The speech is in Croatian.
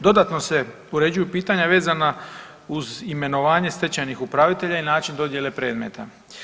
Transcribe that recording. Dodatno se uređuju pitanja vezana uz imenovanje stečajnih upravitelja i način dodijele predmeta.